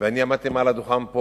ועמדתי מעל הדוכן.